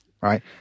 right